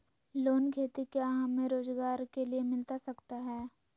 Loan खेती क्या हमें रोजगार के लिए मिलता सकता है?